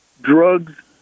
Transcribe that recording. drugs